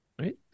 right